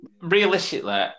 Realistically